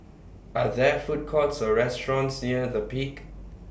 Are There Food Courts Or restaurants near The Peak